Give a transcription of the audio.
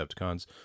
Decepticons